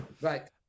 right